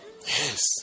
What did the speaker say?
Yes